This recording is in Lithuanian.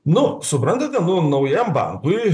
na suprantate nu naujam bankui